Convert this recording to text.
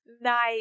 Nice